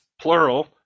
plural